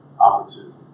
opportunity